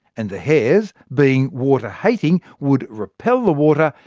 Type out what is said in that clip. and the hairs, being water-hating, would repel the water,